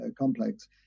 complex